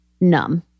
numb